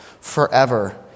forever